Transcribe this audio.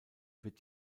wird